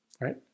Right